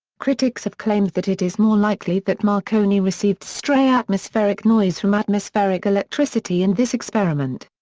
critics have claimed that it is more likely that marconi received stray atmospheric noise from atmospheric electricity in this experiment.